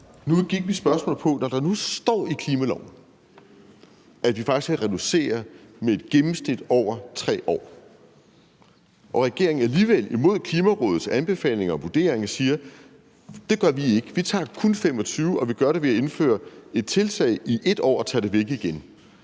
Nu gik mit spørgsmål på, at der står i klimaloven, at vi faktisk skal reducere med et gennemsnit over 3 år, og regeringen alligevel imod Klimarådets anbefalinger og vurderinger siger, at det gør den ikke, og at den kun tager det i 2025 ved at indføre et tiltag i et år og tage det væk igen,